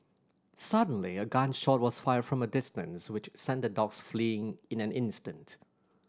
suddenly a gun shot was fired from a distance which sent the dogs fleeing in an instant